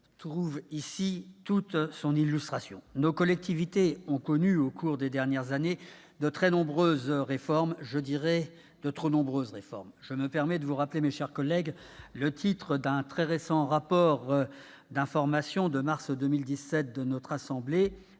trouve ici toute son illustration. Nos collectivités ont connu, au cours des dernières années, de très nombreuses réformes, de trop nombreuses réformes. Je me permets de vous rappeler, mes chers collègues, qu'un rapport d'information très récent de notre assemblée,